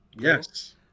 yes